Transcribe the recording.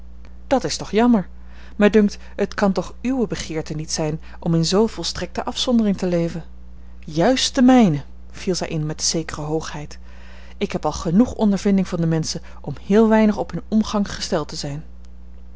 dat is toch jammer mij dunkt het kan toch uwe begeerte niet zijn om in zoo volstrekte afzondering te leven juist de mijne viel zij in met zekere hoogheid ik heb al genoeg ondervinding van de menschen om heel weinig op hun omgang gesteld te zijn